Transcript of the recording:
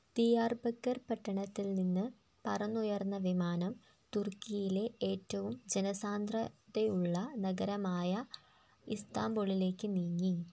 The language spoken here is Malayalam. ദിയാർബക്കർ പട്ടണത്തിൽ നിന്ന് പറന്നുയർന്ന വിമാനം തുർക്കിയിലെ ഏറ്റവും ജനസാന്ദ്രതയുള്ള നഗരമായ ഇസ്താൻബുളിലേക്ക് നീങ്ങി